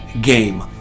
game